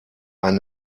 ein